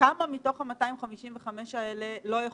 כמה מתוך ה-255 האלה לא יכולות,